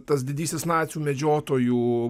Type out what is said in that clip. tas didysis nacių medžiotojų